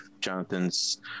Jonathan's